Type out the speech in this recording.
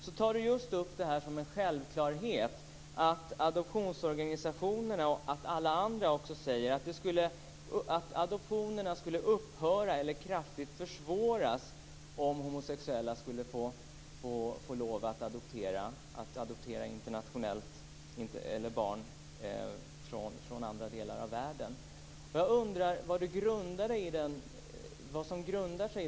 Han tar upp som en självklarhet att adoptionsorganisationerna och alla andra säger att adoptionerna skulle upphöra eller kraftigt försvåras om homosexuella skulle få lov att adoptera barn från andra delar av världen. Jag undrar vad den åsikten grundas på.